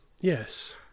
yes